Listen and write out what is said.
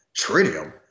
Tritium